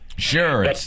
Sure